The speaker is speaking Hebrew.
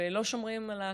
ולא שומרים על הכללים,